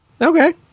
Okay